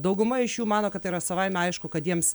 dauguma iš jų mano kad yra savaime aišku kad jiems